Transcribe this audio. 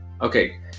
okay